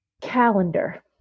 calendar